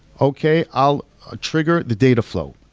okay, i'll ah trigger the data flow.